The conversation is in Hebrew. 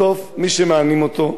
בסוף, מי שמענים אותו,